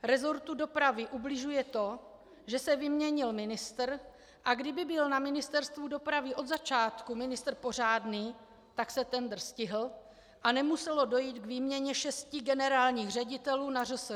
Resortu dopravy ubližuje to, že se vyměnil ministr, a kdyby byl na Ministerstvu dopravy od začátku ministr pořádný, tak se tendr stihl a nemuselo dojít k výměně šesti generálních ředitelů na ŘSD.